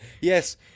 yes